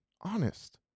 honest